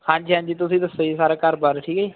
ਹਾਂਜੀ ਹਾਂਜੀ ਤੁਸੀਂ ਦੱਸੋ ਜੀ ਸਾਰਾ ਘਰ ਬਾਰ ਠੀਕ ਹੈ ਜੀ